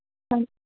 ਹਾਂ